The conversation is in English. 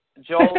Joel